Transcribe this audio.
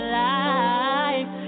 life